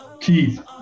Keith